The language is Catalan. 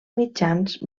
mitjans